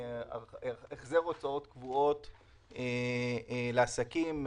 החזר הוצאות קבועות לעסקים,